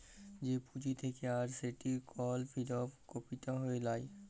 যে পুঁজি থাক্যে আর সেটির কল ফিক্সড ক্যাপিটা হ্যয় লায়